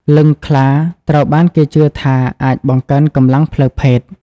លិង្គខ្លាត្រូវបានគេជឿថាអាចបង្កើនកម្លាំងផ្លូវភេទ។